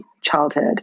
childhood